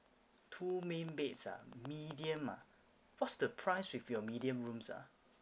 two main beds ah medium ah what's the price with your medium rooms ah